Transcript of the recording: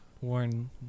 warn